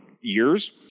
years